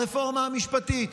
הרפורמה המשפטית,